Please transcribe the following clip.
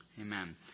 Amen